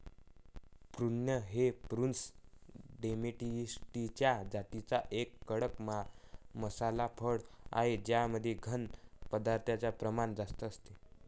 prune हे prunus domestica जातीचे एक कडक मांसल फळ आहे ज्यामध्ये घन पदार्थांचे प्रमाण जास्त असते